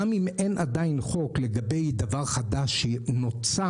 גם אם אין עדיין חוק לגבי דבר חדש שנוצר,